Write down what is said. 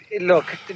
Look